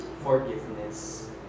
forgiveness